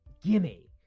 gimme